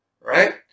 right